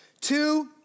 Two